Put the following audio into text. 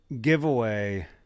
giveaway